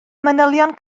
manylion